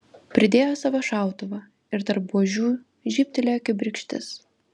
pridėjo savo šautuvą ir tarp buožių žybtelėjo kibirkštis